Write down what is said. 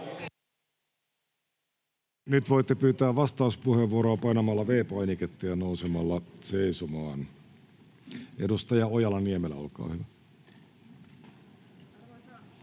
Nyt voitte pyytää vastauspuheenvuoroa painamalla V-painiketta ja nousemalla seisomaan. — Edustaja Ojala-Niemelä, olkaa hyvä.